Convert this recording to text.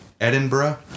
Edinburgh